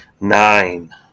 nine